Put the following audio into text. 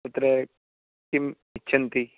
तत्र किम् इच्छन्ति